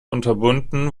unterbunden